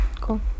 Cool